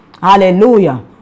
hallelujah